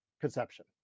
conception